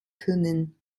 können